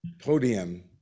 podium